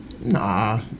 Nah